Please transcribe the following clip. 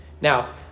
Now